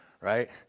right